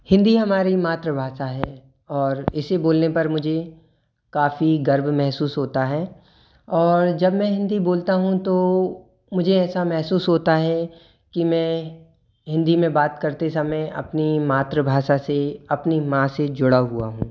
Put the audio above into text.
हिंदी हमारी मातृभाषा है और इसे बोलने पर मुझे काफ़ी गर्व महसूस होता है और जब मैं हिंदी बोलता हूँ तो मुझे ऐसा महसूस होता है कि मैं हिंदी में बात करते समय अपनी मातृभाषा से अपनी माँ से जुड़ा हुआ हूँ